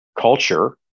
culture